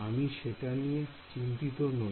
আমি সেটা নিয়ে চিন্তিত নই